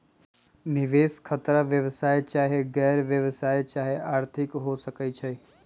निवेश खतरा व्यवसाय चाहे गैर व्यवसाया चाहे आर्थिक हो सकइ छइ